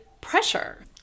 pressure